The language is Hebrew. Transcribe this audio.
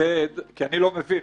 לחדד כי אני לא מבין,